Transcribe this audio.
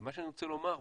מה שאני רוצה לומר,